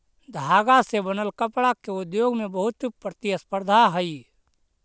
धागा से बनल कपडा के उद्योग में बहुत प्रतिस्पर्धा हई